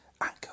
anchor